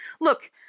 look –